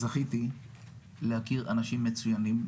זכיתי להכיר אנשים מצוינים,